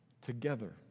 Together